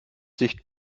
sich